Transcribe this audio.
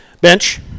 bench